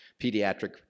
pediatric